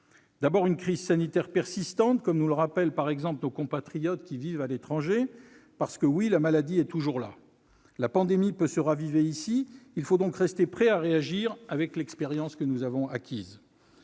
d'abord, une crise sanitaire persistante, comme nous le rappellent nos compatriotes qui vivent à l'étranger, parce que la maladie est toujours là. La pandémie peut se raviver ici ; il faut donc rester prêt à réagir avec l'expérience que nous avons acquise.